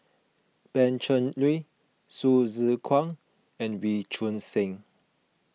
Pan Cheng Lui Hsu Tse Kwang and Wee Choon Seng